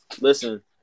Listen